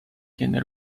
can